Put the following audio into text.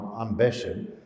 ambition